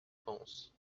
pense